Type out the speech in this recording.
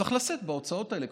צריך לשאת בהוצאות האלה,